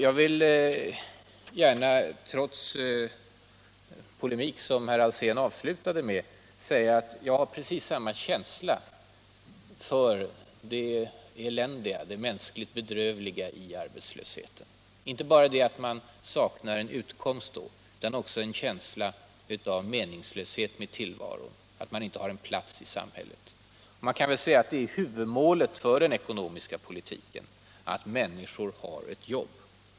Jag vill gärna, trots den polemik herr Alsén avslutade sitt anförande med, säga att jag har precis samma känsla som han för det eländiga och mänskligt bedrövliga i arbetslösheten. Det är inte bara det att man då saknar utkomst, utan arbetslösheten skapar också en känsla av meningslöshet med tillvaron. Man har inte en plats i samhället. Huvudmålet för den ekonomiska politiken är att människor har ett jobb.